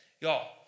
Y'all